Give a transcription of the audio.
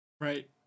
Right